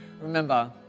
Remember